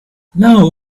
now